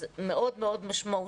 אז זה מאוד מאוד משמעותי.